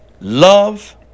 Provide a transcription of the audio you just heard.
love